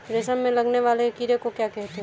रेशम में लगने वाले कीड़े को क्या कहते हैं?